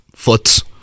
foots